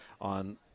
on